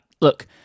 Look